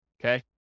okay